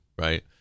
right